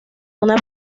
una